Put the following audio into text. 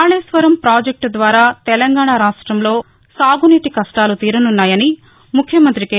Kaleshwaram project ద్వారా తెలంగాణ రాష్టంలో సాగునీటి కష్యాలు తీరనున్నాయని ముఖ్యమంత్రి కె